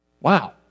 Wow